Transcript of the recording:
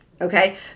Okay